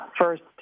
first